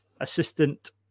assistant